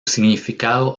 significado